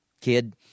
kid